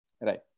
right